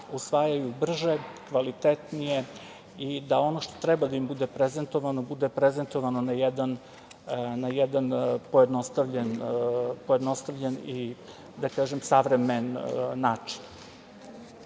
usvajaju brže, kvalitetnije i da ono što treba da im bude prezentovano bude prezentovano na jedan pojednostavljen i, da kažem, savremen način. To